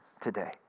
today